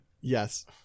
Yes